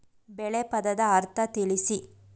ಬೆಳೆ ಪದದ ಅರ್ಥ ತಿಳಿಸಿ?